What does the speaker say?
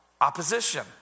opposition